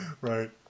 right